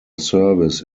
service